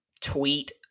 tweet